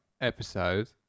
episode